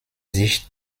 sich